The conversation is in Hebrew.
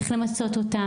איך למצות אותן,